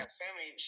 family